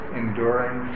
enduring